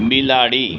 બિલાડી